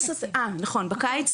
סליחה, בקיץ,